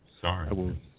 Sorry